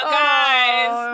guys